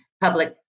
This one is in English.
public